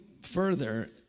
further